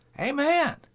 Amen